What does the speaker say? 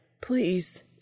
Please